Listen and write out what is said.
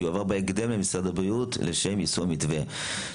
יועבר בהקדם למשרד הבריאות לשם יישום המתווה,